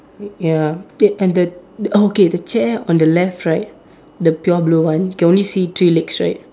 ya wait and the okay the chair on the left right the pure blue one can only see three legs right